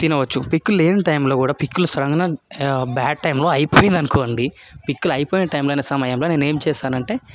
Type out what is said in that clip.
తినవచ్చు పికిల్ లేని టైంలో కూడా పికిల్ సడన్గా బ్యాడ్ టైంలో అయిపోయిందనుకోండి పికిల్ అయిపోయిన టైంల సమయం నేను ఏం చేస్తానంటే